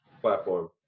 platform